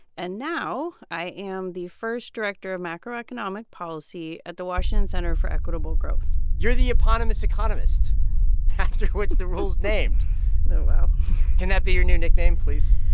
and now i am the first director of macroeconomic policy at the washington center for equitable growth you're the eponymous economist after which the rule's named oh, wow can that be your new nickname, please?